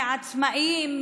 מעצמאים,